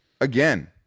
Again